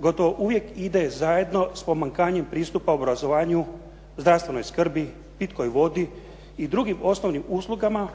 gotovo uvijek ide zajedno s pomanjkanjem pristupa obrazovanju, zdravstvenoj skrbi, pitkoj vodi i drugim osnovnim uslugama,